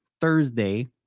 Thursday